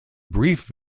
brief